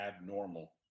abnormal